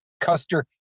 Custer